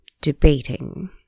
debating